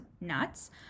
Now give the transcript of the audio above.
nuts